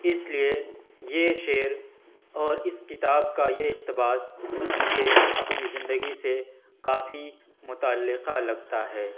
اس لیے یہ شعر اور اس کتاب کا یہ اقتباس مجھے اپنی زندگی سے کافی متعلقہ لگتا ہے